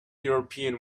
european